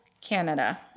Canada